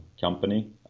company